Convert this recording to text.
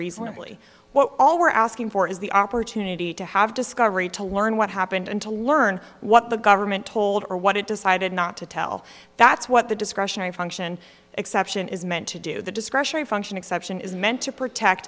reasonably well all we're asking for is the opportunity to have discovery to learn what happened and to learn what the government told or what it decided not to tell that's what the discretionary function exception is meant to do the discretionary function exception is meant to protect